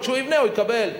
כשהוא יבנה הוא יקבל.